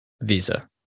Visa